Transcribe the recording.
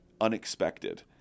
unexpected